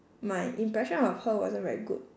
my impression of her wasn't very good